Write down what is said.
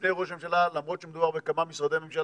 לפני ראש הממשלה, למרות שמדובר בכמה משרדי ממשלה,